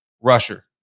rusher